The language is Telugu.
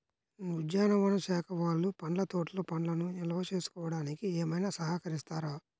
ఉద్యానవన శాఖ వాళ్ళు పండ్ల తోటలు పండ్లను నిల్వ చేసుకోవడానికి ఏమైనా సహకరిస్తారా?